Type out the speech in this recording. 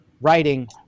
writing